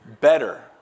Better